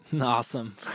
Awesome